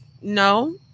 no